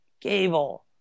Gable